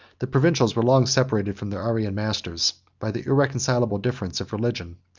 the provincials were long separated from their arian masters by the irreconcilable difference of religion.